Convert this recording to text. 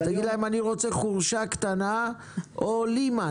אז תגיד להם שאתה רוצה חורשה קטנה או לימן.